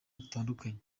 rutandukanye